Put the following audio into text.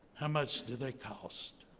how much do they cost?